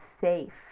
safe